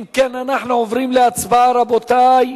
אם כן, אנחנו עוברים להצבעה, רבותי,